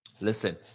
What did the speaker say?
listen